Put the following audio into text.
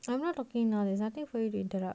I'm not talking now there's nothing for you to interrupt